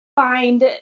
find